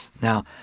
Now